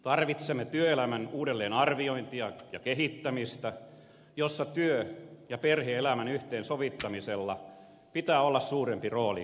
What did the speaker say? tarvitsemme työelämän uudelleenarviointia ja kehittämistä joissa työ ja perhe elämän yhteensovittamisella pitää olla suurempi rooli kuin tällä hetkellä